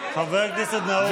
חבר הכנסת נאור שירי.